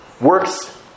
works